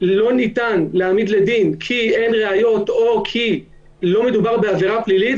לא ניתן להעמיד לדין כי אין ראיות או כי לא מדובר בעבירה פלילית,